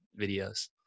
videos